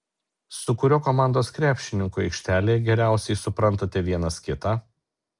su kuriuo komandos krepšininku aikštelėje geriausiai suprantate vienas kitą